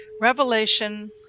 Revelation